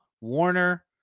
Warner